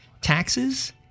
taxes